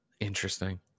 Interesting